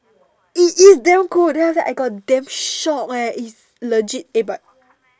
it is damn good then after that I got damn shocked eh it's legit eh but